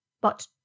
But